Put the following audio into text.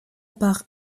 part